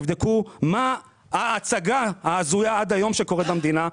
תבדקו מה עשתה ההצגה ההזויה עד היום שקורית במדינה.